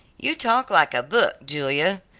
you talk like a book, julia,